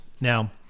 Now